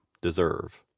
deserve